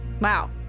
Wow